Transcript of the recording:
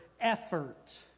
effort